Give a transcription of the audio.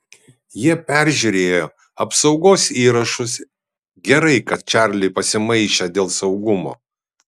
jie peržiūrėjo apsaugos įrašus gerai kad čarliui pasimaišę dėl saugumo